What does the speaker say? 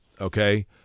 okay